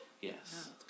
Yes